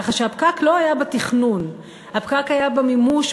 כך שהפקק לא היה בתכנון אלא היה במימוש,